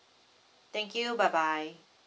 thank you bye bye